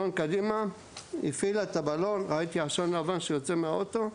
היא הפעילה את הבלון ראיתי עשן לבן שיוצא מהאוטו,